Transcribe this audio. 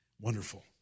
Wonderful